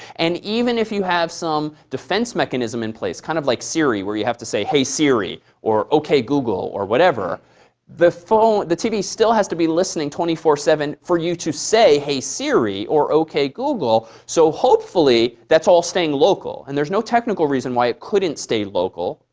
and even if you have some defense mechanism in place kind of like siri where you have to say, hey, siri, or ok, google, or whatever the tv still has to be listening twenty four seven for you to say, hey, siri, or ok, google. so hopefully, that's all staying local. and there's no technical reason why it couldn't stay local,